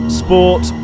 sport